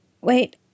Wait